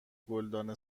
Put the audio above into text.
گلدان